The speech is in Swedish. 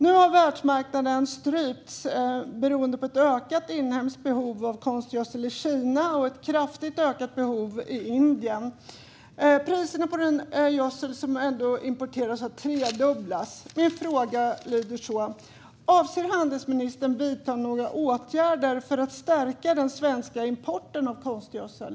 Nu har världsmarknaden strypts beroende på ett ökat inhemskt behov av konstgödsel i Kina och ett kraftigt ökat behov i Indien. Priserna på den gödsel som ändå importeras har tredubblats. Avser handelsministern att vidta några åtgärder för att stärka den svenska importen av konstgödsel?